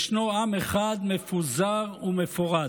"ישנו עם אחד מפֻזר ומפֹרד"